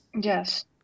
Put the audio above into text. Yes